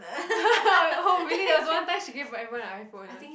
oh really there was one time she give everyone an iPhone ah